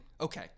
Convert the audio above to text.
Okay